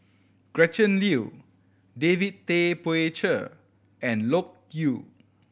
Gretchen Liu David Tay Poey Cher and Loke Yew